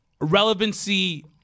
Relevancy